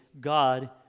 God